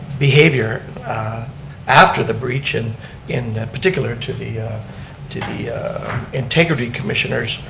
behavior after the breach, and in particular to the to the integrity commissioner's,